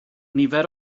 nifer